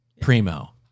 Primo